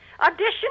audition